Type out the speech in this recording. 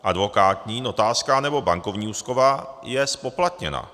Advokátní, notářská nebo bankovní úschova je zpoplatněna.